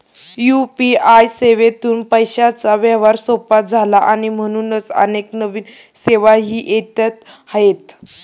UPI सेवेतून पैशांचा व्यवहार सोपा झाला आणि म्हणूनच अनेक नवीन सेवाही येत आहेत